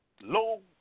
Low